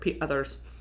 others